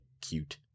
cute